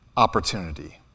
Opportunity